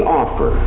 offer